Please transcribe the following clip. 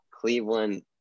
Cleveland